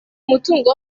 umutungo